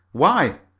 why,